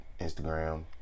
instagram